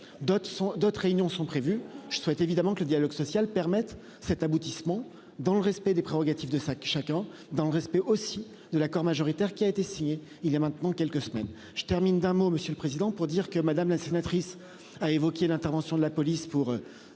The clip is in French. d'autres réunions sont prévues, je souhaite évidemment que le dialogue social permette cet aboutissement dans le respect des prérogatives de fac chacun dans le respect aussi de l'accord majoritaire qui a été signé il y a maintenant quelques semaines je termine d'un mot, monsieur le président pour dire que madame la sénatrice a évoqué l'intervention de la police pour.